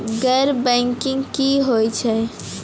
गैर बैंकिंग की होय छै?